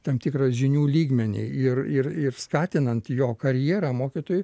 tam tikrą žinių lygmenį ir ir ir skatinant jo karjerą mokytojo